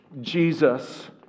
Jesus